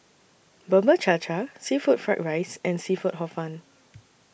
Bubur Cha Cha Seafood Fried Rice and Seafood Hor Fun